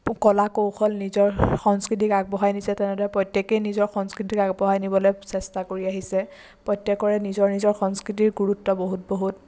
কলা কৌশল নিজৰ সংস্কৃতিক আগবঢ়াই নিছে তেনেদৰে প্ৰত্যেকেই নিজৰ সংস্কৃতিক আগবঢ়াই নিবলৈ চেষ্টা কৰি আহিছে প্ৰত্যেকৰে নিজৰ নিজৰ সংস্কৃতিৰ গুৰুত্ব বহুত বহুত